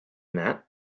that